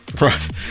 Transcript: Right